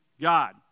God